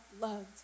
loved